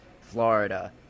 Florida